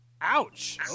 Ouch